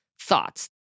thoughts